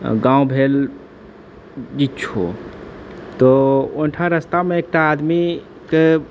गाँव भेल इच्छो तऽ ओहिठान रस्तामे एकटा आदमीकेँ